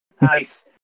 Nice